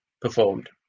performed